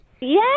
Yes